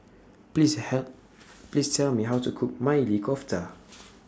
Please hell Please Tell Me How to Cook Maili Kofta